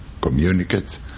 communicate